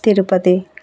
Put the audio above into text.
Tirupati